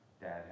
dad